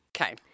Okay